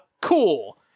Cool